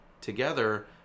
together